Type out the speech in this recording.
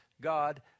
God